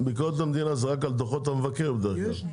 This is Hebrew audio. ביקורת המדינה זה רק על דוחות המבקר, בדרך כלל.